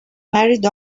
married